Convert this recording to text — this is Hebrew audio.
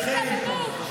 ואכן,